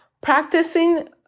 Practicing